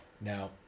Now